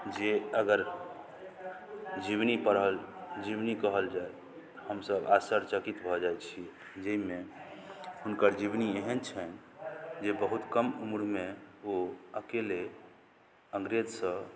जे अगर जीवनी पढ़ल जीवनी कहल जाय हमसब आश्चर्य चकित भऽ जाइ छी जाहिमे हुनकर जीवनी एहन छनि जे बहुत कम उम्रमे ओ अकेले अंग्रेज सऽ